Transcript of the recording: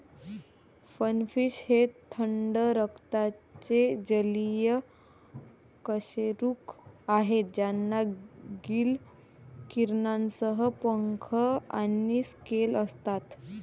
finfish हे थंड रक्ताचे जलीय कशेरुक आहेत ज्यांना गिल किरणांसह पंख आणि स्केल असतात